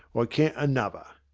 i can another.